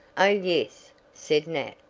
oh, yes, said nat.